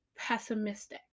pessimistic